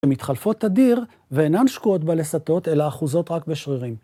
מתחלפות תדיר, ואינן שקועות בלסתות, אלא אחוזות רק בשרירים.